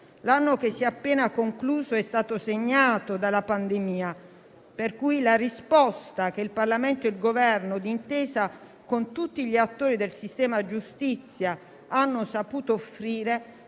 L'anno che si è appena concluso è stato segnato dalla pandemia per cui la risposta che il Parlamento e il Governo, d'intesa con tutti gli attori del sistema giustizia, hanno saputo offrire